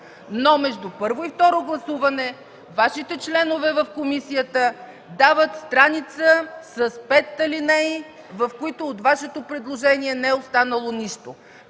но между първо и второ гласуване Вашите членове в комисията дават страница с пет алинеи, в които от Вашето предложение не е останало нищо.